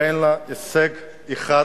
ואין לה הישג אחד,